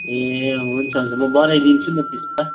ए हुन्छ हुन्छ म बनाइदिन्छु नि त त्यसो भए